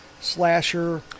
slasher